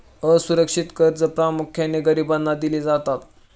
असुरक्षित कर्जे प्रामुख्याने गरिबांना दिली जातात